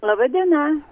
laba diena